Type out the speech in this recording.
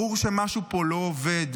ברור שמשהו פה לא עובד.